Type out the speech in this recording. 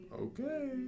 Okay